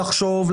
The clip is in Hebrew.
לחשוב,